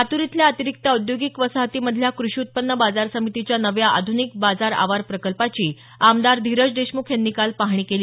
लातूर इथल्या अतिरिक्त औद्योगिक वसाहतीमधल्या कृषी उत्पन्न बाजार समितीच्या नव्या आध्निक बाजार आवार प्रकल्पाची आमदार धिरज देशमुख यांनी काल पाहणी केली